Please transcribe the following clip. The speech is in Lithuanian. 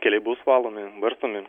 keliai bus valomi barstomi